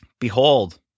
Behold